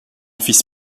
fils